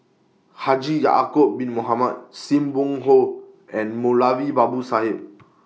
Haji Ya'Acob Bin Mohamed SIM Wong Hoo and Moulavi Babu Sahib